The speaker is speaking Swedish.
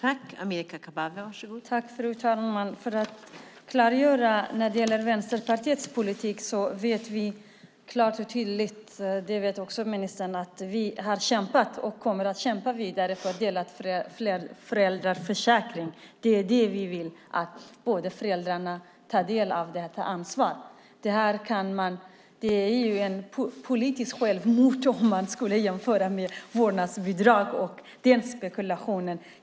Fru talman! Jag ska klargöra en sak. När det gäller Vänsterpartiets politik vet vi klart och tydligt - det vet också ministern - att vi har kämpat och kommer att kämpa vidare för en delad föräldraförsäkring. Vi vill att båda föräldrarna ska ta del av detta ansvar. Det är politiskt självmord om man skulle jämföra det med vårdnadsbidrag och göra den spekulationen.